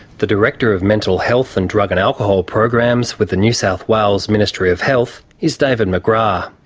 the director of mental health and drug and alcohol programs with the new south wales ministry of health is david mcgrath.